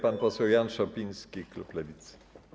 Pan poseł Jan Szopiński, klub Lewicy.